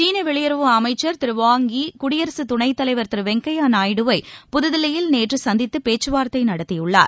சீன வெளியுறவு அமைச்சர் வாங் யீ குடியரசு துணைத் தலைவர் திரு வெங்கய்ய நாயுடுவை புதுதில்லியில் நேற்று சந்தித்துப் பேச்சுவார்த்தை நடத்தியுள்ளார்